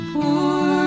Poor